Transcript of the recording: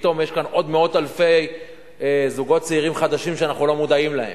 שפתאום יש כאן עוד מאות אלפי זוגות צעירים חדשים שאנחנו לא מודעים להם.